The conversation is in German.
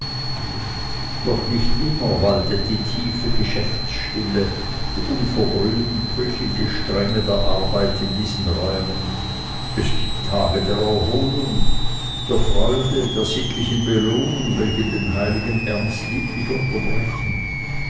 doch nicht immer waltet die tiefe geschäftsstille die unverbrüchliche strenge der arbeit in diesen räumen es gibt tage der erholung der freude der sittlichen belohnung welche den heiligen ernst lieblich unterbrechen